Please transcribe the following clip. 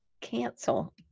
Cancel